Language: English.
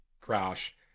crash